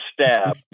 stab